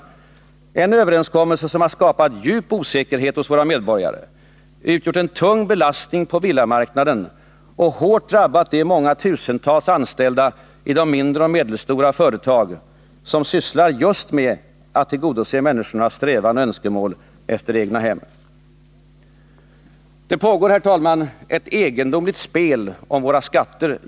Det är en överenskommelse som skapat djup osäkerhet hos våra medborgare, utgjort en tung belastning på villamarknaden och hårt drabbat de många tusentals anställda i de mindre och medelstora företag som just sysslar med att tillgodose människornas strävan efter egna hem. Det pågår just nu ett egendomligt spel om våra skatter.